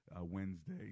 Wednesday